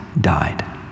died